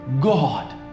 God